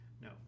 No